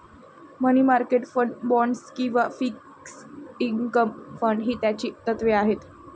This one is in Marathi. मनी मार्केट फंड, बाँड्स किंवा फिक्स्ड इन्कम फंड ही त्याची तत्त्वे आहेत